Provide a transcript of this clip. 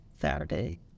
Saturday